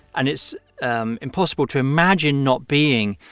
and it's um impossible to imagine not being,